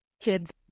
kids